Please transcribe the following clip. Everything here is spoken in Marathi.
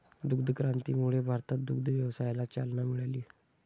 दुग्ध क्रांतीमुळे भारतात दुग्ध व्यवसायाला चालना मिळाली